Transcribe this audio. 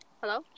Hello